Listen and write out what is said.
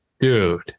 Dude